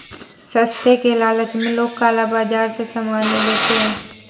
सस्ते के लालच में लोग काला बाजार से सामान ले लेते हैं